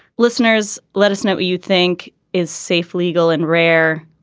listeners let us know what you think is safe legal and rare.